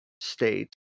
state